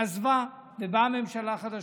עזבה ובאה ממשלה חדשה,